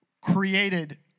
created